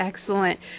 excellent